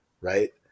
right